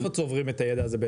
איפה צוברים את הידע הזה?